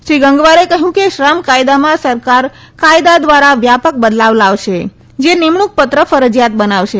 શ્રી ગંગવારે કહ્યું કે શ્રમ કાયદામાં સરકાર કાયદા દ્વારા વ્યાા ક બદલાવ લાવશે જે નિમણૂક ત્ર ફરજીયાત બનાવશે